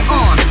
on